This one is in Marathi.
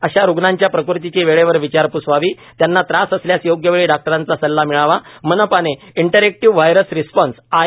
अशा रुग्णांच्या प्रकृतीची वेळेवर विचारप्स व्हावी त्यांना त्रास असल्यास योग्यवेळी डॉक्टरांचा सल्ला मिळावा मनपाने इंटरेक्टिव्ह व्हायस रिस्पॉन्स आय